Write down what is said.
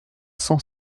cent